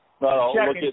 No